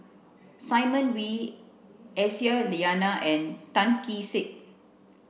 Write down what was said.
Simon Wee Aisyah Lyana and Tan Kee Sek